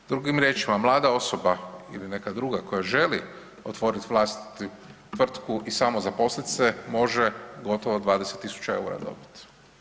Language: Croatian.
Drugim riječima mlada osoba ili neka druga koja želi otvoriti vlastitu tvrtku i samozaposlit se može gotovo 20.000 EUR-a dobiti.